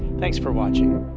thanks for watching.